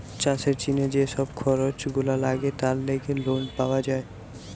চাষের জিনে যে সব খরচ গুলা লাগে তার লেগে লোন পাওয়া যায়